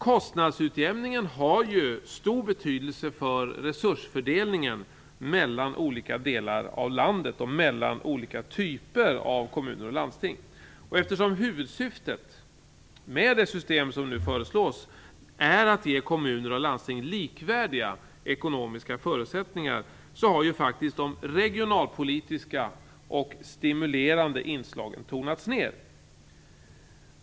Kostnadsutjämningen har ju stor betydelse för resursfördelningen mellan olika delar av landet och mellan olika typer av kommuner och landsting. Eftersom huvudsyftet med det system som nu föreslås är att ge kommuner och landsting likvärdiga ekonomiska förutsättningar, har faktiskt de regionalpolitiska och stimulerande inslagen tonats ned.